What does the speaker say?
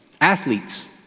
Athletes